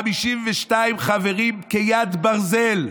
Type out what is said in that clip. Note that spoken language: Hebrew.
הייתה כאן אופוזיציה של 52 חברים כיד ברזל.